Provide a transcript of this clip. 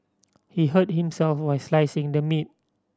he hurt himself while slicing the meat